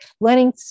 learning